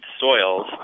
soils